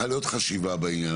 הזה